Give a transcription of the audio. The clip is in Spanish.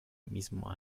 mismo